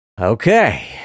Okay